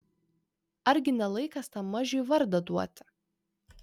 argi ne laikas tam mažiui vardą duoti